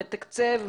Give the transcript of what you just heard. מתקצב,